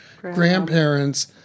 grandparents